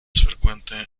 frecuente